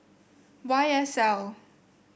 Y S L